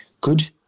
good